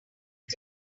ned